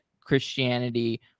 Christianity